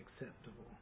acceptable